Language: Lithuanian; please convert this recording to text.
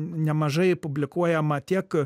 nemažai publikuojama tiek